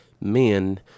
men